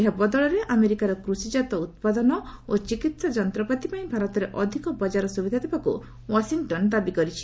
ଏହା ବଦଳରେ ଆମେରିକାର କୃଷିଜାତ ଉତ୍ପାଦନ ଓ ଚିକିତ୍ସା ଯନ୍ତ୍ରପାତି ପାଇଁ ଭାରତରେ ଅଧିକ ବଜାର ସ୍ତବିଧା ଦେବାକୁ ୱାଶିଂଟନ୍ ଦାବି କରିଛି